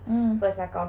mm